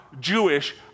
Jewish